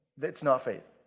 then it's not faith